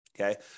okay